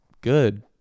good